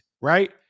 Right